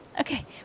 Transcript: Okay